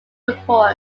report